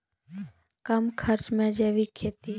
कम खर्च मे जैविक खेती?